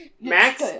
Max